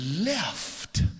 left